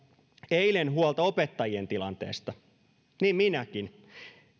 eilen huolta opettajien tilanteesta niin minäkin